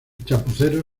chapucero